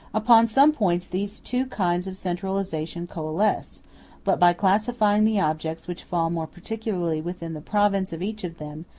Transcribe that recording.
upon some points these two kinds of centralization coalesce but by classifying the objects which fall more particularly within the province of each of them,